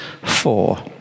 four